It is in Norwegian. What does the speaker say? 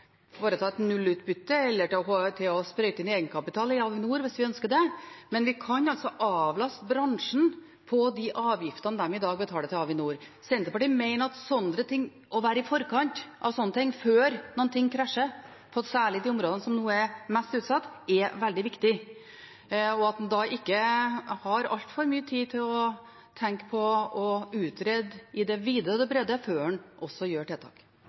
foreta et nullutbytte og til å sprøyte inn egenkapital i Avinor hvis vi ønsker det, men vi kan avlaste bransjen for de avgiftene de i dag betaler til Avinor. Senterpartiet mener at det å være i forkant med slike ting før noe krasjer, særlig på de områdene som nå er mest utsatt, er veldig viktig, og at en ikke har altfor mye tid til å tenke og utrede i det vide og det brede før en setter inn tiltak. Vi har som ambisjon at det på fredag også skal komme tiltak